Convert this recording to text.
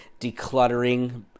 decluttering